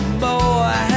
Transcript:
boy